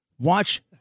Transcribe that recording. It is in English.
watch